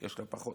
יש לה פחות.